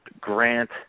Grant